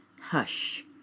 Hush